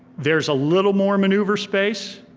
there's a little more maneuver space,